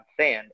sand